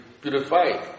purified